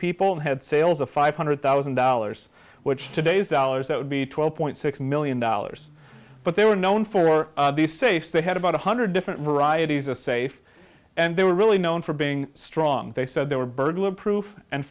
people had sales of five hundred thousand dollars which today's dollars that would be twelve point six million dollars but they were known for these safes they had about one hundred different varieties a safe and they were really known for being strong they said they were burglar proof and